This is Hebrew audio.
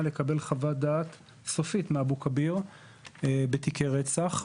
לקבל חוות דעת סופית מאבו כביר בתיקי רצח.